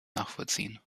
nachvollziehen